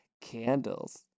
Candles